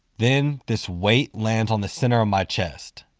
then this weight lands on the center of my chest.